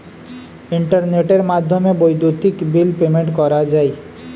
ইন্টারনেটের মাধ্যমে বৈদ্যুতিক বিল পেমেন্ট করা যায়